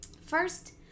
First